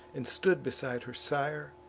and stood beside her sire,